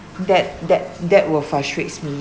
that that that will frustrates me